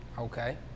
Okay